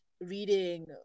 reading